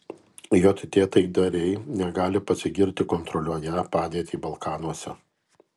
jt taikdariai negali pasigirti kontroliuoją padėtį balkanuose